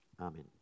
Amen